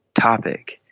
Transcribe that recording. topic